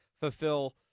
fulfill